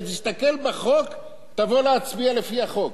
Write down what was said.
אתה תסתכל בחוק, תבוא להצביע לפי החוק.